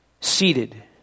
seated